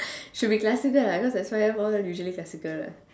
should be classical what because S_Y_F all usually classical what